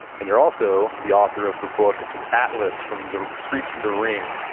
and you're also the author of the book it's atlas from the streets to the ring,